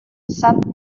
sap